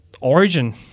origin